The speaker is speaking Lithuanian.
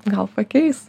gal pakeis